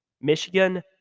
Michigan